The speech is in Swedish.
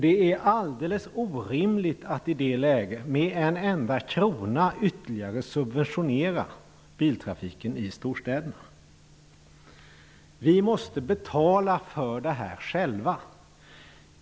Det är alldeles orimligt att i det läget ytterligare subventionera biltrafiken i storstäderna med en enda krona. Vi måste betala för detta själva.